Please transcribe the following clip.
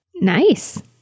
Nice